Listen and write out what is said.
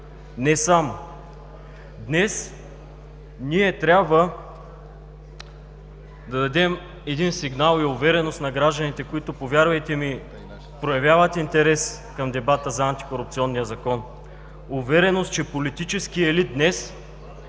не само. Днес ние трябва да дадем един сигнал и увереност на гражданите, които, повярвайте ми, проявяват интерес към дебата за Антикорупционния закон. Увереност, че политическият елит днес